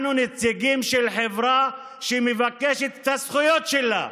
אנחנו נציגים של חברה שמבקשת את הזכויות שלה.